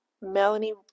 Melanie